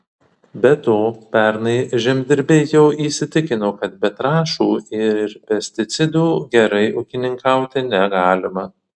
be to pernai žemdirbiai jau įsitikino kad be trąšų ir pesticidų gerai ūkininkauti negalima